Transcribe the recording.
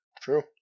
True